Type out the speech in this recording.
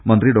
മന്ത്രി ഡോ